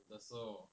mm